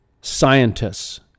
scientists